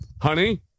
Honey